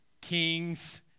Kings